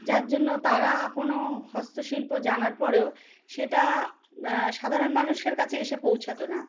যার জন্য তারা কোনো হস্তশিল্প জানার পরেও সেটা সাধারণ মানুষের কাছে এসে পৌঁছাতো না